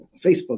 Facebook